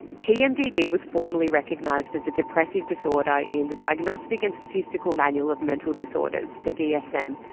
pmdd was formally recognised as a depressive disorder in the diagnostic and statistical manual of mental disorders, the dsm,